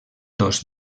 dos